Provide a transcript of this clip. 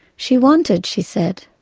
she wanted, she said,